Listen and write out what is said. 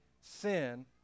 sin